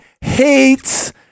hates